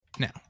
now